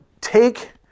take